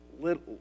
little